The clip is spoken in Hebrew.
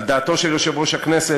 על דעתו של יושב-ראש הכנסת,